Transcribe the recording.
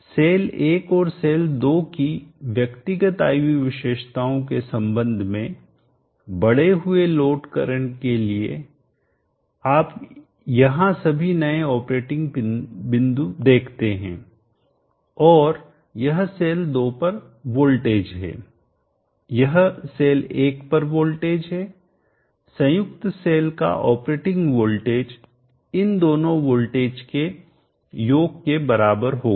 cell 1 और cell 2 की व्यक्तिगत I V विशेषताओं के संबंध में बढ़े हुए लोड करंट के लिए आप यहाँ सभी नए ऑपरेटिंग बिंदु देखते हैं और यह सेल 2 पर वोल्टेज है यह सेल 1 के पर वोल्टेज है संयुक्त सेल का ऑपरेटिंग वोल्टेज इन दोनों वोल्टेज के योग के बराबर होगा